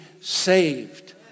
saved